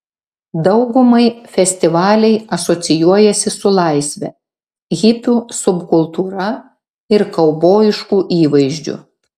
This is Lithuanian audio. daugumai festivaliai asocijuojasi su laisve hipių subkultūra ar kaubojišku įvaizdžiu